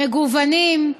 מגוונים,